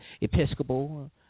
Episcopal